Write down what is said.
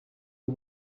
who